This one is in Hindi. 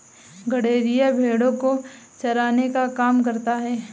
गड़ेरिया भेड़ो को चराने का काम करता है